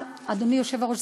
אדוני היושב-ראש,